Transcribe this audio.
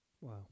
Wow